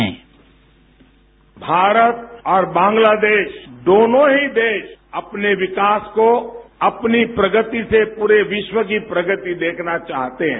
bite Bharat और बांग्लादेश दोनो ही देश अपने विकास को अपनी प्रगति से पूरे विश्व की प्रगति देखना चाहते हैं